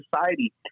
society